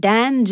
Dan